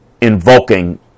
invoking